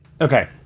Okay